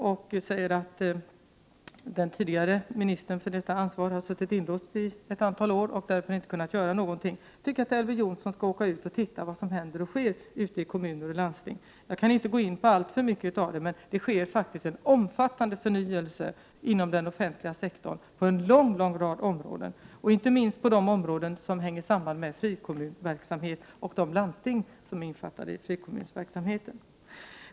Han sade att den minister som tidigare hade detta ansvar har suttit inlåst i ett antal år och därför inte kunnat göra någonting. Jag tycker att Elver Jonsson skall åka ut och titta vad som händer och sker ute i kommuner och landsting. Jag kan inte gå in på alltför mycket av det, men det sker faktiskt en omfattande förnyelse inom den offentliga sektorn på en lång rad områden, inte minst på de områden som hänger samman med frikommunsverksamheten och i de landsting som är innefattade i frikommunsverksamheten.